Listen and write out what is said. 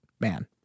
man